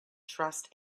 trust